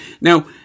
Now